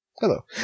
Hello